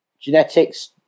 genetics